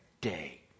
day